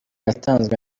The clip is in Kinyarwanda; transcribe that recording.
yatanzwe